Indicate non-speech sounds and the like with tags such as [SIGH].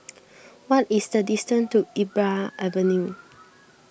[NOISE] what is the distance to Iqbal Avenue